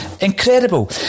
Incredible